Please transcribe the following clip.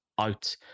out